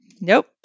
Nope